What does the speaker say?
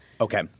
Okay